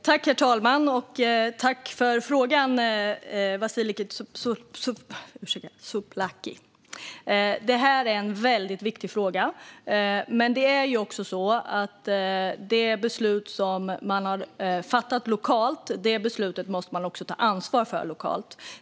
Herr talman! Tack för frågan, Vasiliki Tsouplaki! Det är en viktig fråga. Men beslut som man har fattat lokalt måste man också ta ansvar för lokalt.